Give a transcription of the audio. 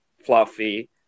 Fluffy